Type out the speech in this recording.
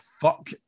fuck